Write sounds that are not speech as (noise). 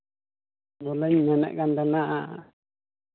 (unintelligible) ᱢᱮᱱᱮᱫ ᱠᱟᱱ ᱛᱟᱦᱱᱟ